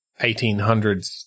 1800s